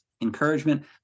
encouragement